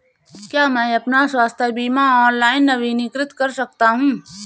क्या मैं अपना स्वास्थ्य बीमा ऑनलाइन नवीनीकृत कर सकता हूँ?